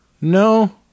No